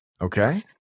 Okay